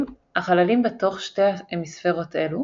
החללים בתוך שתי המיספרות אלו